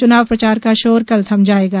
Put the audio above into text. चुनाव प्रचार का शोर कल थम जाएगा